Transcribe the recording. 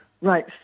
Right